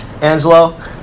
Angelo